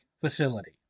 facility